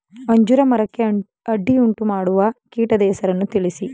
ಅಂಜೂರ ಮರಕ್ಕೆ ಅಡ್ಡಿಯುಂಟುಮಾಡುವ ಕೀಟದ ಹೆಸರನ್ನು ತಿಳಿಸಿ?